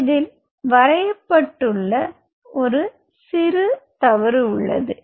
இதில் வரையப்பட்டுள்ள சிறு தவறு உள்ளது